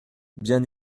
bien